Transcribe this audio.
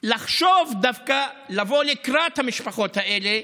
לחשוב דווקא לבוא לקראת המשפחות האלה,